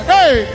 Hey